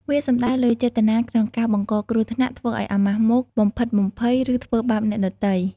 វាសំដៅលើចេតនាក្នុងការបង្កគ្រោះថ្នាក់ ធ្វើឲ្យអាម៉ាស់មុខ បំភិតបំភ័យ ឬធ្វើបាបអ្នកដទៃ។